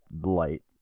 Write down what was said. light